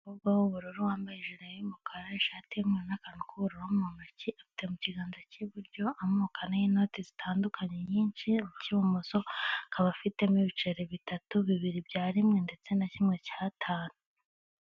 Umukobwa w'ubururu wambaye ijire y'umukara ishati yumweru n'akantu k'uburu mu ntoki afite mu kiganza cy'iburyo amoko ane y'inoti zitandukanye nyinshi, mu cy'ibumoso akaba afitemo ibiceri bitatu bibiri bya rimwe ndetse na kimwe cya atanu.